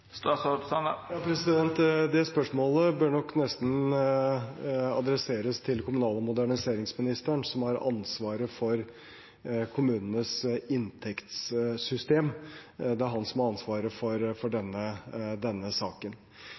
Det spørsmålet bør nok nesten adresseres til kommunal- og moderniseringsministeren, som har ansvaret for kommunenes inntektssystem. Det er han som har ansvaret for denne saken.